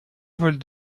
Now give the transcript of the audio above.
vole